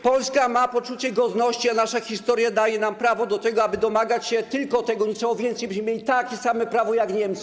Polska ma poczucie godności, a nasza historia daje nam prawo do tego, aby domagać się tylko tego, niczego więcej, byśmy mieli takie samo prawo jak Niemcy.